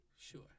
sure